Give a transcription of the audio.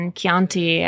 Chianti